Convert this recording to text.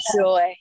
joy